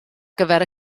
gyfer